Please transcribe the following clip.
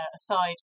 aside